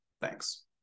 Thanks